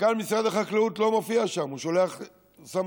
מנכ"ל משרד החקלאות לא מופיע שם, הוא שולח סמנכ"ל,